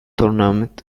tournament